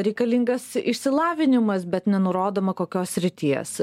reikalingas išsilavinimas bet nenurodoma kokios srities